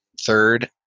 Third